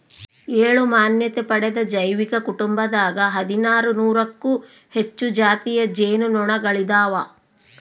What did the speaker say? ಏಳು ಮಾನ್ಯತೆ ಪಡೆದ ಜೈವಿಕ ಕುಟುಂಬದಾಗ ಹದಿನಾರು ನೂರಕ್ಕೂ ಹೆಚ್ಚು ಜಾತಿಯ ಜೇನು ನೊಣಗಳಿದಾವ